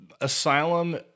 Asylum